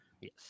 Yes